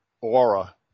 aura